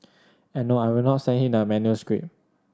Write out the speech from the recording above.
and no I will not send him the manuscript